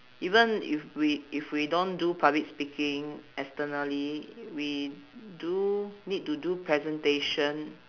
even if we if we don't do public speaking externally we do need to do presentation